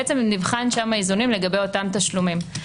בעצם נבחנו שם האיזונים לגבי אותם תשלומים.